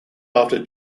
after